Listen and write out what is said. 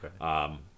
Okay